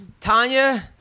Tanya